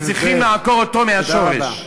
שצריכים לעקור אותו מהשורש.